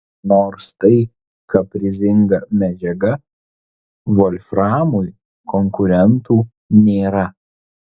nors tai kaprizinga medžiaga volframui konkurentų nėra